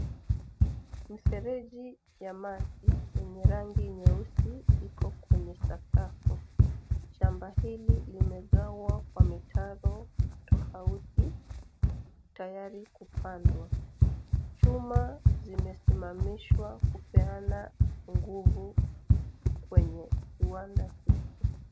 Mifereji ya maji yenye rangi nyeusi iko kwenye sakafu. Shamba hili limegawa Kwa mitaro tofauti tayari kupandwa. Chuma zimesimamishwa kupeana nguvu kwenye kiwanda hiki.